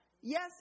yes